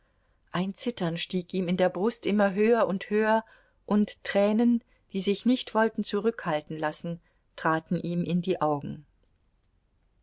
ein zittern stieg ihm in der brust immer höher und höher und tränen die sich nicht wollten zurückhalten lassen traten ihm in die augen